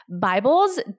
Bibles